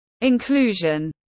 inclusion